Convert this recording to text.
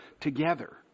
together